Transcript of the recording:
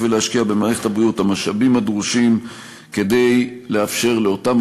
ולהשקיע במערכת הבריאות את המשאבים הדרושים כדי לאפשר לאותם